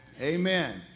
Amen